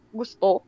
gusto